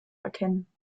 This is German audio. erkennen